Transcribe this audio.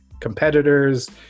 competitors